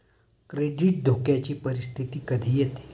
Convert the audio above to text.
credit धोक्याची परिस्थिती कधी येते